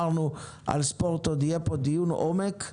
על ספורט עוד יהיה כאן דיון עומק,